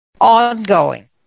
Ongoing